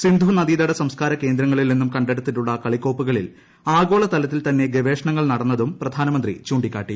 സിന്ധു നദീതട സംസ്കാര കേന്ദ്രങ്ങളിൽ നിന്നും കണ്ടെടുത്തിട്ടുള്ള കളിക്കോപ്പുകളിൽ ആഗോളതലത്തിൽ തന്നെ ഗവേഷണങ്ങൾ നടന്നതും പ്രധാനമന്ത്രി ചൂണ്ടിക്കാട്ടി